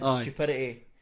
stupidity